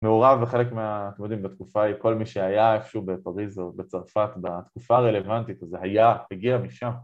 מעורב וחלק מה... אתם יודעים בתקופה ההיא, כל מי שהיה איפשהו בפריז או בצרפת בתקופה רלוונטית, זה היה, הגיע משם.